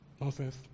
Nonsense